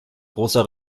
großer